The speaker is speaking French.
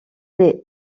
les